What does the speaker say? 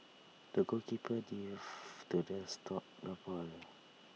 the goalkeeper dived to the stop the ball